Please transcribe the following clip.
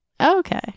Okay